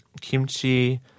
kimchi